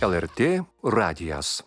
lrt radijas